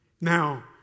Now